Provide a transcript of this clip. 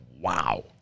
wow